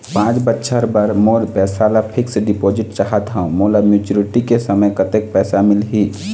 पांच बछर बर मोर पैसा ला फिक्स डिपोजिट चाहत हंव, मोला मैच्योरिटी के समय कतेक पैसा मिल ही?